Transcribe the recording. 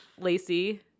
Lacey